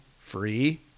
Free